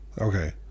Okay